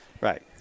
Right